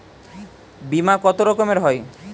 বিমা কত রকমের হয়?